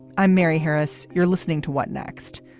i'm mary harris. you're listening to what next.